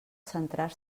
centrar